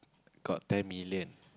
got ten million